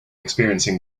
experiencing